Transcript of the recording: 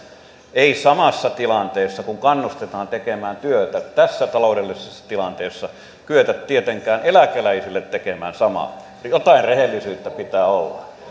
ei samassa tilanteessa kun kannustetaan tekemään työtä tässä taloudellisessa tilanteessa kyetä tietenkään eläkeläisille tekemään samaa jotain rehellisyyttä pitää olla